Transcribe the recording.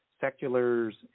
seculars